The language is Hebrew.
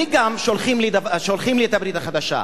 אני, גם שולחים לי את הברית החדשה.